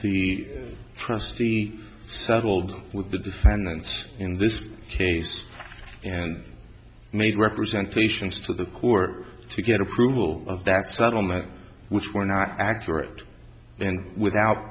the trust the settled with the defendants in this case and made representations to the court to get approval of that settlement which were not accurate and without